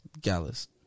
Gallus